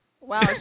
Wow